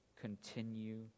Continue